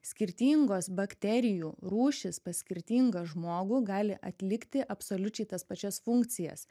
skirtingos bakterijų rūšys pas skirtingą žmogų gali atlikti absoliučiai tas pačias funkcijas